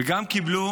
וגם שם